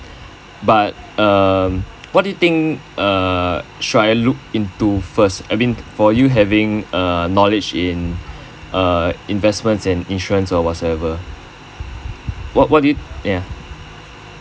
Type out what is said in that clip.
but err what you do think err should I look into first I mean for you having err knowledge in uh investments and insurance or what so ever what what do you ya